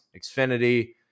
Xfinity